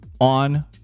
on